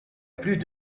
plus